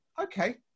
okay